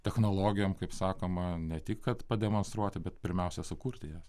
technologijom kaip sakoma ne tik kad pademonstruoti bet pirmiausia sukurti